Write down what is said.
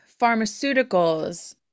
pharmaceuticals